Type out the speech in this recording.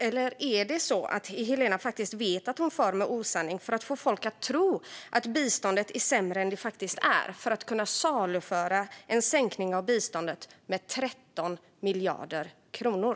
Eller är det så att Helena faktiskt vet att hon far med osanning för att få folk att tro att biståndet är sämre än vad det faktiskt är och kunna saluföra en sänkning av biståndet med 13 miljarder kronor?